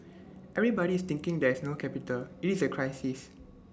everybody is thinking there is no capital IT is A crisis